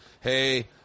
hey –